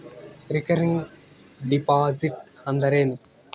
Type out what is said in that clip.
Recurring deposit ಅಂದರೇನು?